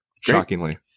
shockingly